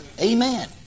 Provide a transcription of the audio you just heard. Amen